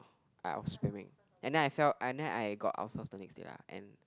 I and then I felt and then I got ulcers the next day lah and